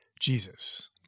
Jesus